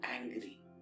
angry